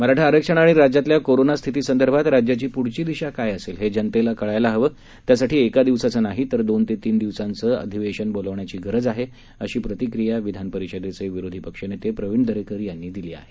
मराठा आरक्षण आणि राज्यातल्या कोरोना स्थितीसंदर्भात राज्याची पुढची दिशा काय असेल हे जनतेला कळायला हवं त्यासाठी एका दिवसाचं नाही तर दोन ते तीन दिवसाचं अधिवेशन बोलवण्याची गरज आहे अशी प्रतिक्रिया विधानपरिषदेचे विरोधी पक्षनेते प्रवीण दरेकर यांनी दिली आहे